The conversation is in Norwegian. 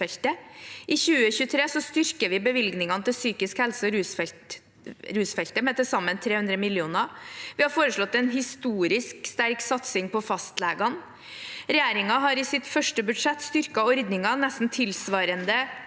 I 2023 styrker vi bevilgningene til psykisk helse-feltet og rusfeltet med til sammen 300 mill. kr. Vi har foreslått en historisk sterk satsing på fastlegene. Regjeringen har i sitt første budsjett styrket ordningen nesten tilsvarende